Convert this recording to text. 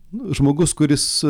nu žmogus kuris